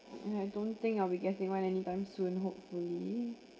and I don't think I'll be getting one anytime soon hopefully